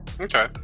Okay